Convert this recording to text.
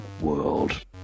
world